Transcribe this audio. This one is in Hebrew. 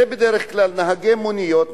זה בדרך כלל נהגי מוניות,